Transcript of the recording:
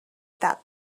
that